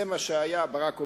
ברק אובמה,